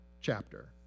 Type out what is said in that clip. chapter